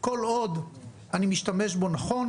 כל עוד אני משתמש בו נכון,